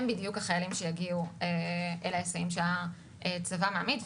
הם בדיוק החיילים שיגיעו להיסעים שהצבא מעמיד.